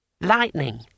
Lightning